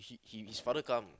he with his father come